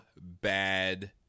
bad